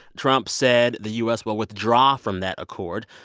trump said the u s. will withdraw from that accord.